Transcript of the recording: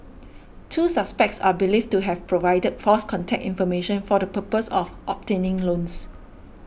two suspects are believed to have provided false contact information for the purpose of obtaining loans